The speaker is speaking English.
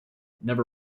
never